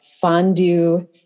fondue